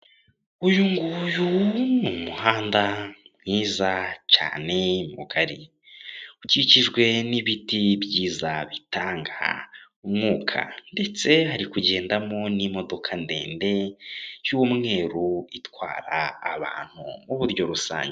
Uyu nguyu ni umuhanda mwiza cyane mugari, ukikijwe n'ibiti byiza bitanga umwuka, ndetse hari kugendamo n'imodoka ndende y'umweru itwara abantu mu buryo rusange.